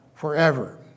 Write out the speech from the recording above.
forever